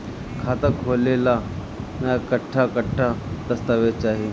खाता खोले ला कट्ठा कट्ठा दस्तावेज चाहीं?